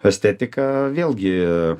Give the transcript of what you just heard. estetika vėlgi